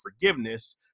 forgiveness